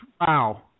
Wow